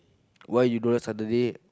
why you don't like Saturday